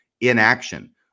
inaction